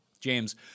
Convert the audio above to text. James